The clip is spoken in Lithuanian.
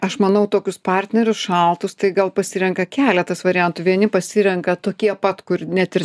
aš manau tokius partnerius šaltus tai gal pasirenka keletas variantų vieni pasirenka tokie pat kur net ir